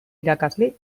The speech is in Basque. irakasle